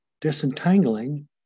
disentangling